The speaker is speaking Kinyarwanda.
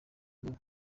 ngo